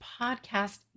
podcast